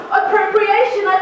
appropriation